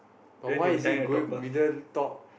but why is it going middle top